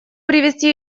привести